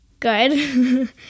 good